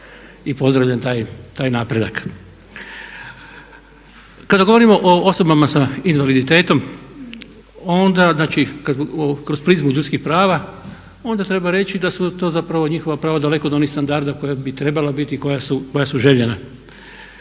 i pozdravljam taj napredak. Kada govorimo o osobama sa invaliditetom onda, znači kad kroz prizmu ljudskih prava, onda treba reći da su to zapravo njihova prava daleko od onih standarda koja bi trebala biti i koja su željena.